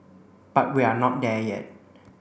but we're not there yet